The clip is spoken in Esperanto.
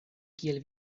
kiel